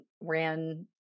ran